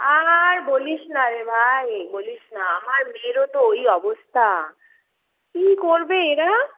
আর বলিস না রে ভাই বলিস না আমার মেয়েরও তো ওই অবস্থা কি করবে এরা